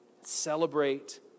celebrate